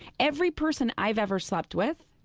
every person i've ever slept with,